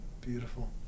Beautiful